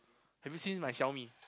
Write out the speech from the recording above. have you seen my Xiaomi